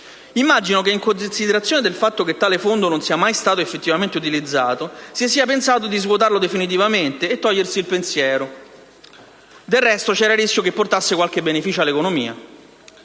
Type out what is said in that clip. Immagino che, in considerazione del fatto che tale fondo non sia mai stato effettivamente utilizzato, si sia pensato di svuotarlo definitivamente e di togliersi il pensiero. Del resto, c'era il rischio che portasse qualche beneficio all'economia.